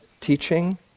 teaching